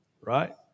Right